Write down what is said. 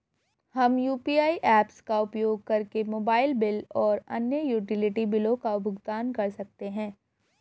हम UPI apps का उपयोग करके मोबाइल बिल और अन्य यूटिलिटी बिलों का भुगतान कर सकते हैं